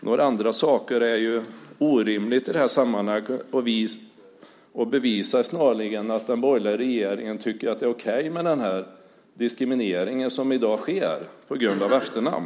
Några andra saker är orimligt i det här sammanhanget och bevisar snarast att den borgerliga regeringen tycker att det är okej med den diskriminering som i dag sker på grund av efternamn.